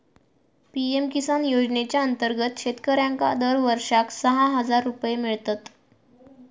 PM किसान योजनेच्या अंतर्गत शेतकऱ्यांका दरवर्षाक सहा हजार रुपये मिळतत